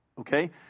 Okay